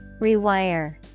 Rewire